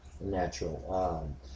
natural